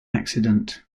accident